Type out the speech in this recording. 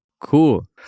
Cool